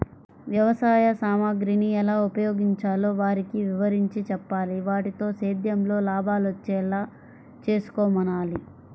వ్యవసాయ సామగ్రిని ఎలా ఉపయోగించాలో వారికి వివరించి చెప్పాలి, వాటితో సేద్యంలో లాభాలొచ్చేలా చేసుకోమనాలి